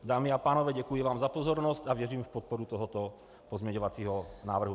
Dámy a pánové, děkuji vám za pozornost a věřím v podporu tohoto pozměňovacího návrhu.